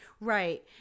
Right